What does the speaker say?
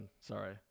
Sorry